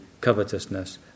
covetousness